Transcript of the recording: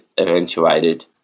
eventuated